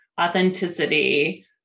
authenticity